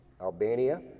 Albania